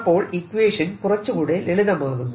അപ്പോൾ ഇക്വേഷൻ കുറച്ചുകൂടെ ലളിതമാകുന്നു